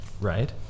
right